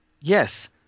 Yes